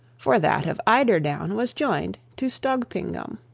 for that of eiderdown was joined to stogpingum.